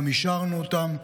וגם אישרנו אותן.